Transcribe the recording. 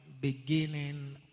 beginning